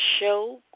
show